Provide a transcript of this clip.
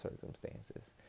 circumstances